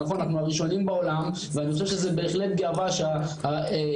נכון אנחנו הראשונים בעולם ואני חושב שזה בהחלט גאווה שהעיר